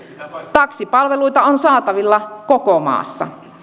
taksipalveluita on saatavilla koko maassa